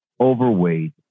overweight